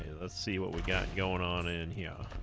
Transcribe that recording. let's see what we got going on in here